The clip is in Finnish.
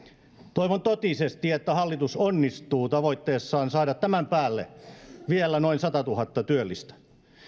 toivon totisesti että hallitus onnistuu tavoitteessaan saada tämän päälle vielä noin satatuhatta työllistä